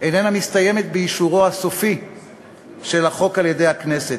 ואיננה מסתיימת באישורו הסופי של החוק על-ידי הכנסת,